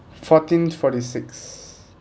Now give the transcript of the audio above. fourteen forty six